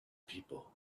people